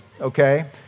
okay